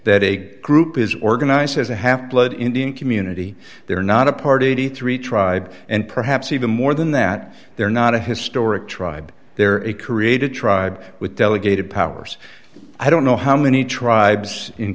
that a group is organized as a half blood indian community they're not a party three tribe and perhaps even more than that they're not a historic tribe there it created a tribe with delegated powers i don't know how many tribes in